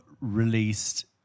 released